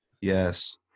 Yes